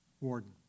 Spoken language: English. warden